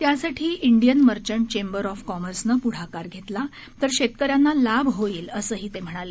त्यासाठी Indian merchant chamber of कामर्सनं पुढाकार घेतला तर शेतकऱ्यांना लाभ होईल असं ते म्हणाले